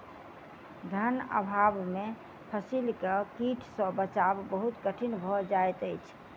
धन अभाव में फसील के कीट सॅ बचाव बहुत कठिन भअ जाइत अछि